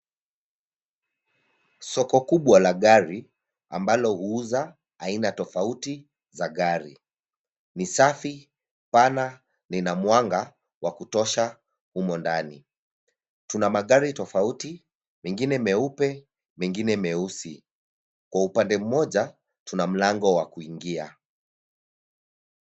Soko kubwa la gari ambalo huuza aina tofauti za gari. Ni safi, pana na ina mwanga wa kutosha humo ndani. Tuna magari tofauti, mengine meupe, mengine meusi. Kwa upande mmoja, tuna mlango wa kuingia.